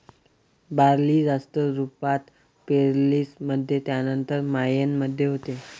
barley जास्त रुपात पेरीस मध्ये त्यानंतर मायेन मध्ये होते